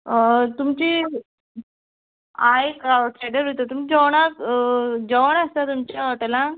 तुमची हांव एक उलयतां तुमी जेवणाक जेवण आसतां तुमच्या हॉटेलान